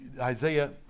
Isaiah